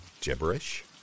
gibberish